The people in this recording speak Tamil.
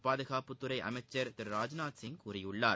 பாதுகாப்புத்துறை அமைச்சர் திரு ராஜ்நாத் சிங் கூறியுள்ளார்